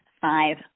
five